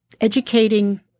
educating